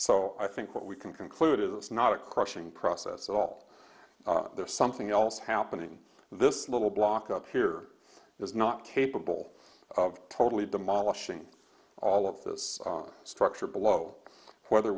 so i think what we can conclude is not a crushing process at all there's something else happening this little block up here is not capable of totally demolishing all of this structure below whether